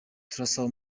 turasaba